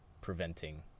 preventing